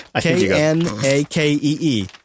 K-N-A-K-E-E